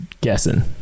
guessing